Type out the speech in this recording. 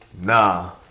Nah